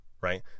right